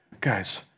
Guys